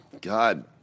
God